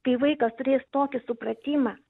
kai vaikas turės tokį supratimą